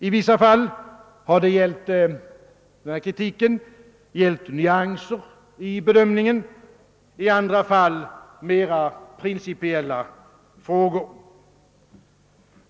I en del fall har denna kritik gällt nyanser i bedömningen, i andra fall har den gällt mera principiella frågor.